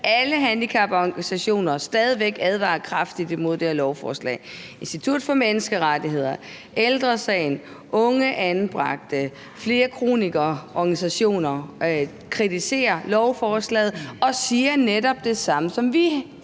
alle handicaporganisationer stadig væk advarer kraftigt imod det her lovforslag. Institut for Menneskerettigheder, Ældre Sagen, organisationer for unge anbragte og for flere kronikere kritiserer lovforslaget og siger netop det samme, som vi